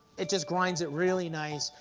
it just grinds it really nice.